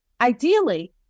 ideally